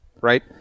right